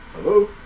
Hello